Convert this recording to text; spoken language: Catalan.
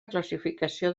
classificació